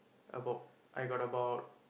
about I got about